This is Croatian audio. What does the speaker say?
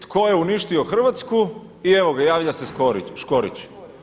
Tko je uništio Hrvatsku i evo ga javlja se Škorić.